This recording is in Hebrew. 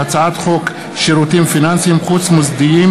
בהצעת חוק שירותים פיננסיים חוץ מוסדיים